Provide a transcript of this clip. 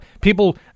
people